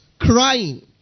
crying